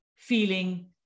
Feeling